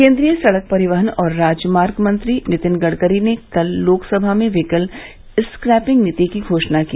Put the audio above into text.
केन्द्रीय सडक परिवहन और राजमार्ग मंत्री नितिन गडकरी ने कल लोकसभा में व्हीकल स्क्रैपिंग नीति की घोषणा की